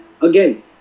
again